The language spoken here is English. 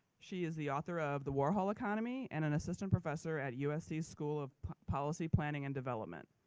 she is the author of the warhol economy and an assistant professor at usc school of policy, planning, and development.